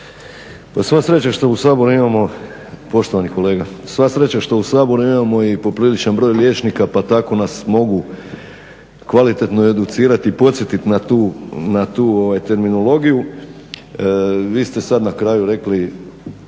sva sreća što u Saboru imamo i popriličan broj liječnika pa tako nas mogu kvalitetno educirati i podsjetiti na tu terminologiju. Vi ste sada na kraju rekli